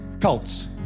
Cults